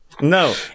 no